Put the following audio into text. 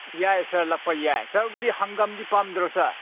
ꯌꯥꯏ ꯁꯥꯔ ꯂꯥꯛꯄ ꯌꯥꯏ ꯁꯥꯔꯕꯨꯗꯤ ꯍꯪꯒꯥꯝꯗꯤ ꯄꯥꯝꯗ꯭ꯔꯣ ꯁꯥꯔ